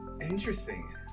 Interesting